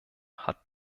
hat